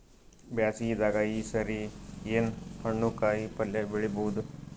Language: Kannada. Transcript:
ಬ್ಯಾಸಗಿ ದಾಗ ಈ ಸರಿ ಏನ್ ಹಣ್ಣು, ಕಾಯಿ ಪಲ್ಯ ಬೆಳಿ ಬಹುದ?